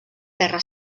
terra